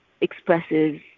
expresses